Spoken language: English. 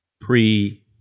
pre